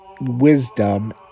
wisdom